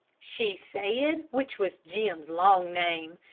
she said, which was jim's long name.